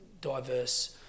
diverse